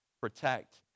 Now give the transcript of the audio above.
protect